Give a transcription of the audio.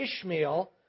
Ishmael